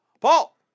Paul